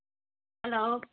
hello